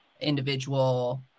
individual